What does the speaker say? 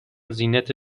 زینت